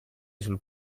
sul